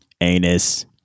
Anus